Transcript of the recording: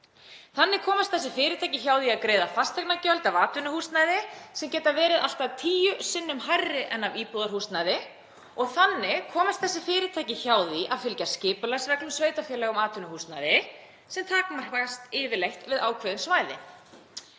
Þannig komast þessi fyrirtæki hjá því að greiða fasteignagjöld af atvinnuhúsnæði, sem geta verið allt að tíu sinnum hærri en af íbúðarhúsnæði, og þannig komist þessi fyrirtæki hjá því að fylgja skipulagsreglum sveitarfélaga um atvinnuhúsnæði, sem takmarkast yfirleitt við ákveðin svæði.